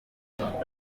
yemeye